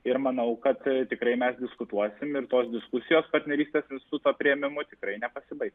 ir manau kad tikrai mes diskutuosim ir tos diskusijos partnerystė instituto priėmimu tikrai nepasibaigs